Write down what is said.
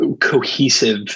cohesive